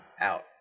Out